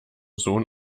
sohn